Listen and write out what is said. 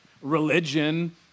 religion